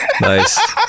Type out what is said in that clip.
Nice